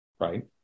right